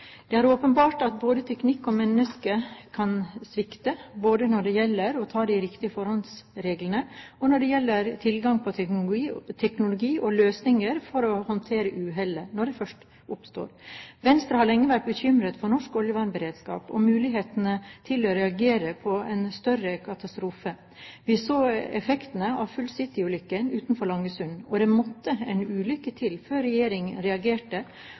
Det er åpenbart at teknikken og menneskene kan svikte, både når det gjelder å ta de riktige forholdsreglene, og når det gjelder tilgang på teknologi og løsninger for å håndtere uhellet når det først oppstår. Venstre har lenge vært bekymret for norsk oljevernberedskap og mulighetene til å reagere på en større katastrofe. Vi så effektene av «Full City»-ulykken utenfor Langesund, og det måtte en ulykke til før regjeringen reagerte